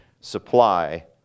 supply